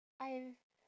I've